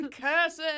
Curses